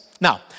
Now